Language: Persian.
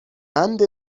قند